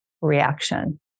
reaction